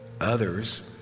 Others